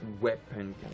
weapon